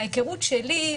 מההיכרות שלי,